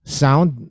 sound